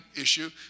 issue